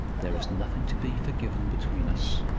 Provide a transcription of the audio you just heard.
there is nothing to be forgiven between us.